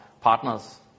partners